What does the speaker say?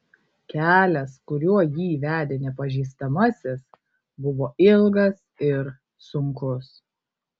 kelias kuriuo jį vedė nepažįstamasis buvo ilgas ir sunkus